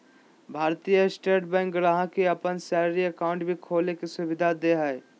भारतीय state bank ग्राहक के अपन सैलरी अकाउंट भी खोले के सुविधा दे हइ